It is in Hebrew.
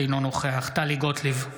אינו נוכח טלי גוטליב,